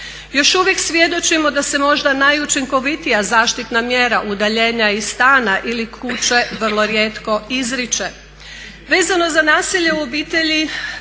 Još uvijek svjedočimo da se možda najučinkovitija zaštitna mjera udaljenja iz stana ili kuće vrlo rijetko izriče. Vezano za nasilje u obitelji